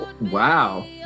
Wow